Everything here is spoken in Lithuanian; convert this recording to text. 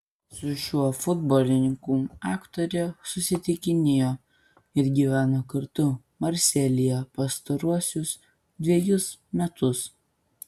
su šiuo futbolininku aktorė susitikinėjo ir gyveno kartu marselyje pastaruosius dvejus metus